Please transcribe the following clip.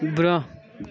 برٛوٚنٛہہ